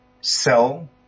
sell